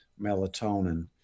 melatonin